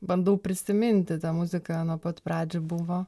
bandau prisiminti tą muziką nuo pat pradžių buvo